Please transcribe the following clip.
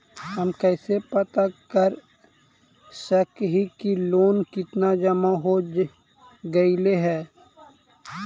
हम कैसे पता कर सक हिय की लोन कितना जमा हो गइले हैं?